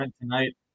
tonight